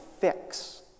fix